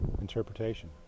interpretation